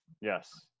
Yes